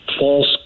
False